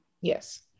Yes